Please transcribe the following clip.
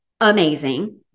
Amazing